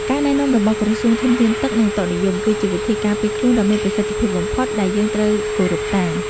ការណែនាំរបស់ក្រសួងធនធានទឹក និងឧតុនិយមគឺជាវិធីការពារខ្លួនដ៏មានប្រសិទ្ធភាពបំផុតដែលយើងត្រូវគោរពតាម។